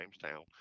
Jamestown